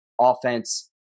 offense